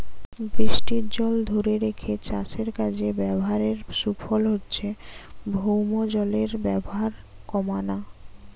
বৃষ্টির জল ধোরে রেখে চাষের কাজে ব্যাভারের সুফল হচ্ছে ভৌমজলের ব্যাভার কোমানা